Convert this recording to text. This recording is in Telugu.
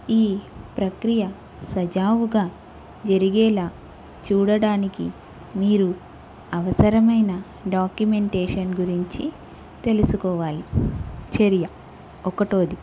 ఈ ప్రక్రియ సజావుగా జరిగేలా చూడడానికి మీరు అవసరమైన డాక్యుమెంటేషన్ గురించి తెలుసుకోవాలి చర్య ఒకటోది